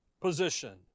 position